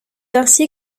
ainsi